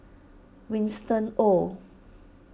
Winston Oh